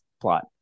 plot